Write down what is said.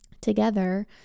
together